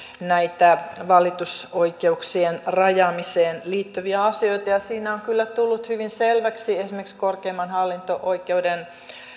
näitä valitusoikeuksien rajaamiseen liittyviä asioita ja siinä on kyllä tullut hyvin selväksi esimerkiksi korkeimman hallinto oikeuden